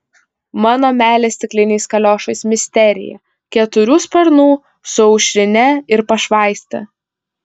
mano meilė stikliniais kaliošais misterija keturių sparnų su aušrine ir pašvaiste